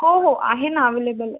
हो हो आहे ना अव्हेलेबल आहे